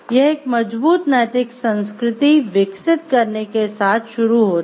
यह एक मजबूत नैतिक संस्कृति विकसित करने के साथ शुरू होता है